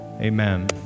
Amen